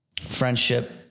friendship